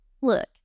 Look